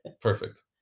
perfect